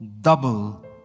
double